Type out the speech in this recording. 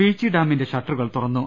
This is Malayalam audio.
പീച്ചി ഡാമിന്റെ ഷട്ടറുകൾ തുറന്നു